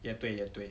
也对也对